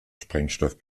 sprengstoff